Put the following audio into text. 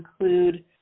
include